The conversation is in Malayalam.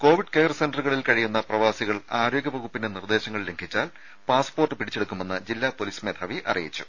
കോവിഡ് കെയർ സെന്ററുകളിൽ കഴിയുന്ന പ്രവാസികൾ ആരോഗ്യ വകുപ്പിന്റെ നിർദേശങ്ങൾ ലംഘിച്ചാൽ പാസ്പോർട്ട് പിടിച്ചെടുക്കുമെന്ന് ജില്ലാ പൊലീസ് മേധാവി അറിയിച്ചു